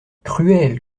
cruel